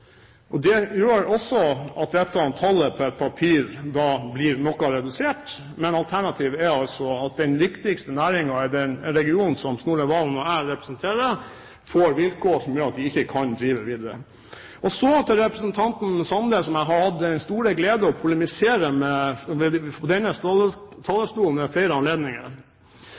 Det gjør også at dette tallet på et papir da blir noe redusert, men alternativet er altså at den viktigste næringen i den regionen som Snorre Serigstad Valen og jeg representerer, får vilkår som gjør at de ikke kan drive videre. Så til representanten Sande, som jeg har hatt den store glede å polemisere med fra denne talerstolen ved